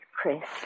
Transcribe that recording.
Chris